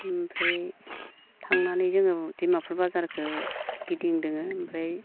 ओमफ्राय थांनानै जोङो डिमापुर बाजारखो गिदिंदोङो ओमफ्राय